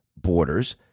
borders